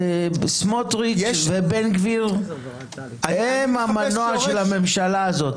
סמוטריץ' ובן גביר הם המנוע של הממשלה הזאת.